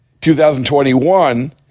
2021